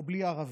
או בלי ערבים,